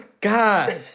God